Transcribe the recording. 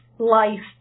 life